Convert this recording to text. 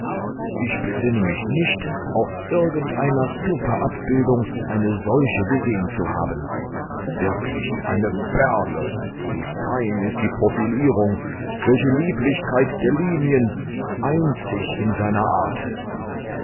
ich besinne mich nicht auf irgendeiner stupaabbildung eine solche gesehen zu haben wirklich eine perle wie fein ist die profilierung welche lieblichkeit der linien einzig in seiner art